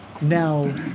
now